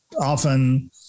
often